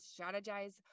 strategize